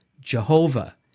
jehovah